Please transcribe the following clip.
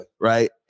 right